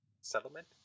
settlement